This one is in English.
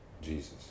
Jesus